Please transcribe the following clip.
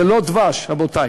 זה לא דבש, רבותי.